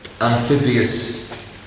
amphibious